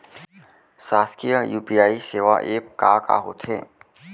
शासकीय यू.पी.आई सेवा एप का का होथे?